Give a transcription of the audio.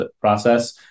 process